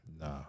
Nah